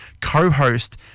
co-host